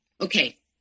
Okay